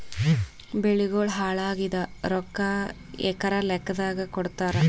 ಬೆಳಿಗೋಳ ಹಾಳಾಗಿದ ರೊಕ್ಕಾ ಎಕರ ಲೆಕ್ಕಾದಾಗ ಕೊಡುತ್ತಾರ?